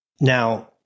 Now